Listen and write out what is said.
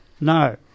No